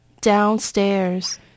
Downstairs